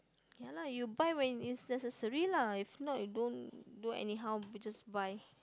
ya lah you buy when is there's necessary lah if not don't don't anyhow you just buy